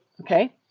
Okay